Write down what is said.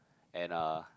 and uh